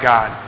God